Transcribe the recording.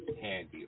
handy